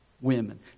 women